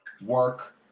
work